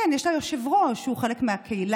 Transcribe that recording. כן, יש לה יושב-ראש שהוא חלק מהקהילה,